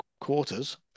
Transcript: quarters